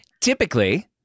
Typically